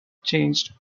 changed